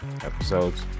episodes